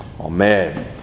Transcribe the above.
Amen